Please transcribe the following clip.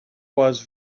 was